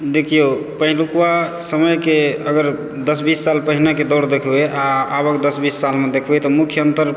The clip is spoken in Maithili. देखियौ पहिलुकबा समयके अगर दश बीस साल पहिनेके दौड़ देखबै आ आबक दश बीस सालमे देखबै तऽ मुख्य अंतर